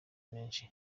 menshi